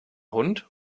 hund